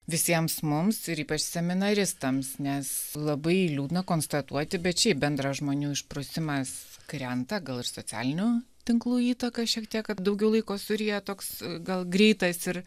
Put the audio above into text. visiems mums ir ypač seminaristams nes labai liūdna konstatuoti bet šiaip bendras žmonių išprusimas krenta gal ir socialinių tinklų įtaka šiek tiek kad daugiau laiko suryja toks gal greitas ir